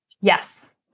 Yes